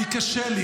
קשה לי.